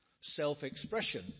self-expression